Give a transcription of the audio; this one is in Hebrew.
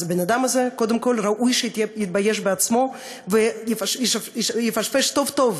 אז הבן-אדם הזה קודם כול ראוי שיתבייש בעצמו ויפשפש טוב-טוב